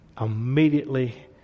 immediately